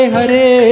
Hare